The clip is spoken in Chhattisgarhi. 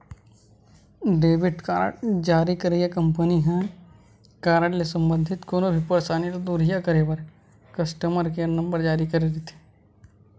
डेबिट कारड जारी करइया कंपनी ह कारड ले संबंधित कोनो भी परसानी ल दुरिहा करे बर कस्टमर केयर नंबर जारी करे रहिथे